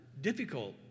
difficult